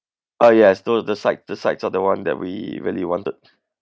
oh yes though the side the sides are the one that we really wanted